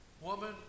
Woman